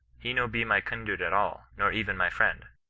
he no be my kindred at all, nor even my friend!